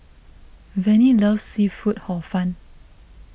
Vannie loves Seafood Hor Fun